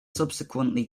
subsequently